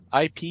IP